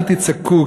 אל תצעקו.